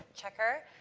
checker.